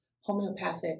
homeopathic